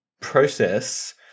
process